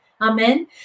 Amen